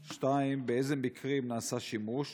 2. באילו מקרים נעשה שימוש